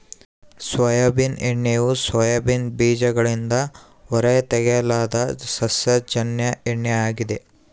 soybean ಎಣ್ಣೆಯು soybean ಬೀಜಗಳಿಂದ ಹೊರತೆಗೆಯಲಾದ ಸಸ್ಯಜನ್ಯ ಎಣ್ಣೆ ಆಗಿದೆ